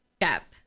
gap